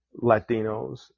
Latinos